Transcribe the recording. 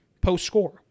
post-score